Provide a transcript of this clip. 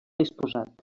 exposat